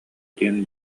диэн